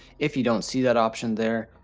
if you don't see that option there,